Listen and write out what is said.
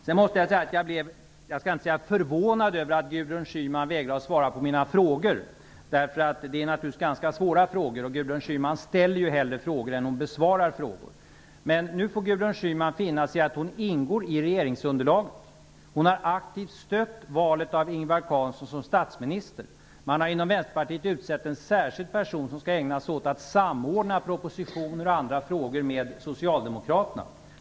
Sedan måste jag säga att jag inte blev förvånad över att Gudrun Schyman vägrar svara på mina frågor. Det är naturligtvis ganska svåra frågor, och Gudrun Schyman ställer ju hellre frågor än hon besvarar frågor. Men nu får Gudrun Schyman finna sig i att hon ingår i regeringsunderlaget. Hon har aktivt stött valet av Ingvar Carlsson som statsminister. Man har inom Vänsterpartiet avsatt en särskild person som skall ägna sig åt att samordna propositioner och andra frågor med Socialdemokraterna.